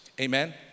Amen